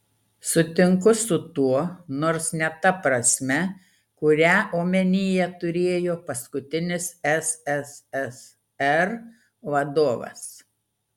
sutinku su tuo nors ne ta prasme kurią omenyje turėjo paskutinis sssr vadovas